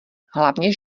hlavně